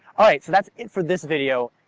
alright so that's it for this video.